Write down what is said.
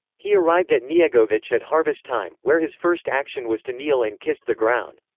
he arrived at niegowic at harvest time, where his first action was to kneel and kiss the ground.